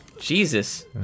Jesus